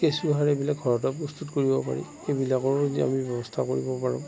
কেঁচুসাৰ এইবিলাক ঘৰতো প্ৰস্তুত কৰিব পাৰি সেইবিলাকৰো আমি ব্যৱস্থা কৰিব পাৰোঁ